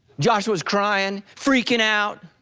joshua was crying, freaking out.